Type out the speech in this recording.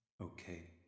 Okay